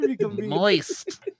Moist